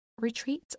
retreat